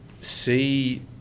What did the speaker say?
see